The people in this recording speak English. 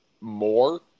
more